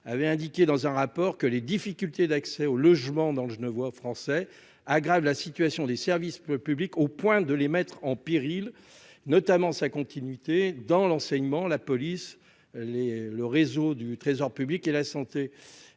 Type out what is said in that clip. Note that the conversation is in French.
avait indiqué dans un rapport que les difficultés d'accès au logement dans le Genevois français aggrave la situation des services publics au point de les mettre en péril notamment sa continuité dans l'enseignement, la police les le réseau du Trésor public et la santé,